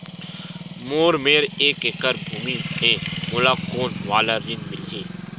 मोर मेर एक एकड़ भुमि हे मोला कोन वाला ऋण मिलही?